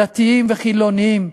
דתיים וחילונים.